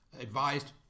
advised